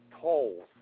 tolls